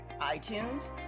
iTunes